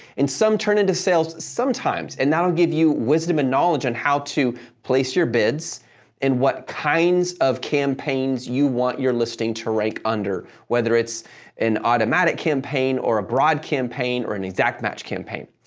and some turn into sales sometimes, and that'll give you wisdom and knowledge on how to place your bids and what kinds of campaigns you want your listing to rank under. whether it's an automatic campaign, or a broad campaign, or an exact match campaign.